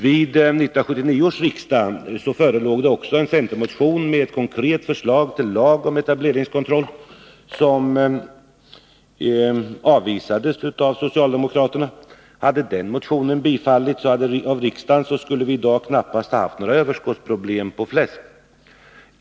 Vid 1979 års riksdag förelåg det en centermotion med ett konkret förslag till lag om etableringskontroll, som avvisades av socialdemokraterna. Hade den motionen bifallits av riksdagen skulle vi i dag knappast haft något problem med överskott på fläsk.